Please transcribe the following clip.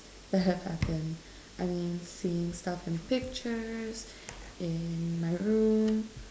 that have happened I mean seeing stuff in pictures in my room